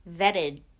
vetted